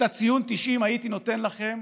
את הציון 90 הייתי נותן לכם